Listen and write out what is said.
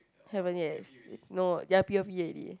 haven't yet no ya p_o_p already